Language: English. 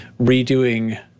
redoing